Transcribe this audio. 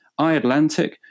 iAtlantic